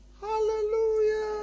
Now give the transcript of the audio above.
hallelujah